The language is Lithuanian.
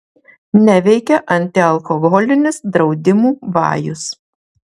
neveikia antialkoholinis draudimų vajus